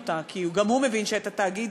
כי גם הוא מבין שאת התאגיד